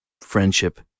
friendship